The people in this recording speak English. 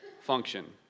function